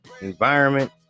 environment